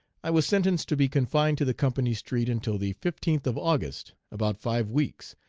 i was sentenced to be confined to the company street until the fifteenth of august, about five weeks,